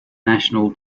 national